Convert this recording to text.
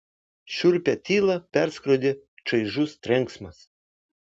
šiurpią tylą perskrodė čaižus trenksmas